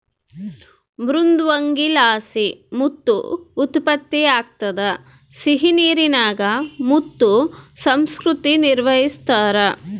ಮೃದ್ವಂಗಿಲಾಸಿ ಮುತ್ತು ಉತ್ಪತ್ತಿಯಾಗ್ತದ ಸಿಹಿನೀರಿನಾಗ ಮುತ್ತು ಸಂಸ್ಕೃತಿ ನಿರ್ವಹಿಸ್ತಾರ